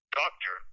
doctor